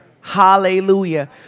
Hallelujah